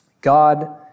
God